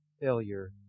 failure